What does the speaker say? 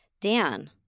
Dan